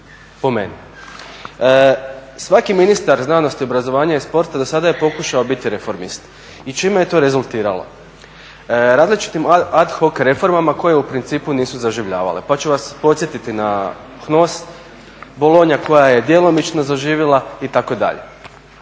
po meni. Svaki ministar znanosti, obrazovanja i sporta dosada je pokušao biti reformista. I čime je to rezultiralo? Različitim ad hoc reformama koje u principu nisu zaživljavale. Pa ću vas podsjetiti na HNOS, bolonja koja je djelomično zaživjela itd.